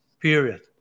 Period